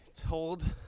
told